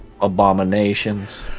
abominations